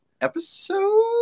episode